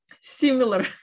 similar